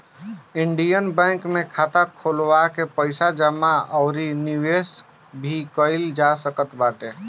Indian Bank में खाता खोलवा के पईसा जमा अउरी निवेश भी कईल जा सकत बाटे